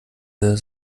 will